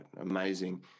amazing